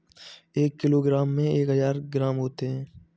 एक किलोग्राम में एक हजार ग्राम होते हैं